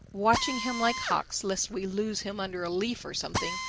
watching him like hawks lest we lose him under a leaf or something,